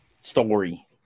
story